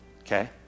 okay